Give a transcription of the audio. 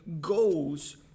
goes